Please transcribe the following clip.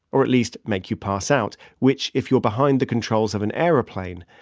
or at least make you pass out, which if you're behind the controls of an airplane,